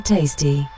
Tasty